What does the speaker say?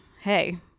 hey